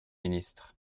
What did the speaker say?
ministre